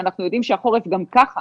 שאנחנו יודעים שהחורף גם ככה